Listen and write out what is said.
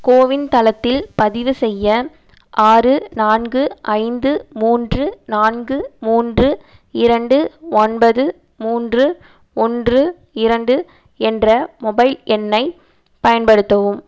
CoWIN தளத்தில் பதிவு செய்ய ஆறு நான்கு ஐந்து மூன்று நான்கு மூன்று இரண்டு ஒன்பது மூன்று ஒன்று இரண்டு என்ற மொபைல் எண்ணை பயன்படுத்தவும்